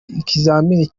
ikizamini